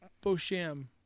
Bosham